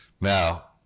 now